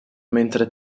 mentre